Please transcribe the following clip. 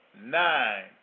nine